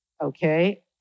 Okay